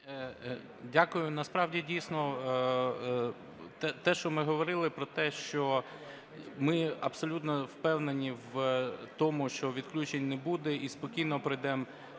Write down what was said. Дякую. Насправді, дійсно, те, що ми говорили про те, що ми абсолютно впевнені в тому, що відключень не буде і спокійно пройдемо